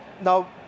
now